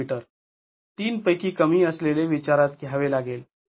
२ metre ३ पैकी कमी असलेले विचारात घ्यावे लागेल